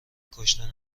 کشتن